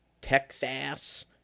Texas